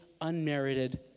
unmerited